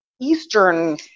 Eastern